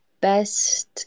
best